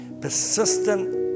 persistent